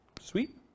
Sweet